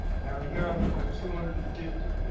down here i'm going to put two hundred and fifty